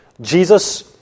Jesus